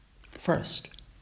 First